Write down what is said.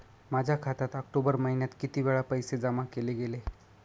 माझ्या खात्यात ऑक्टोबर महिन्यात किती वेळा पैसे जमा केले गेले?